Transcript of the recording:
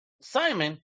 Simon